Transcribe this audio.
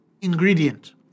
ingredient